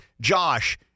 Josh